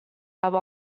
have